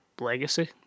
Legacy